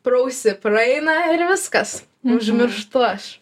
pro ausį praeina ir viskas neužmirštu aš